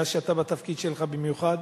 מאז שאתה בתפקיד שלך במיוחד,